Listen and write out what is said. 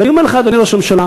ואני אומר לך, אדוני ראש הממשלה,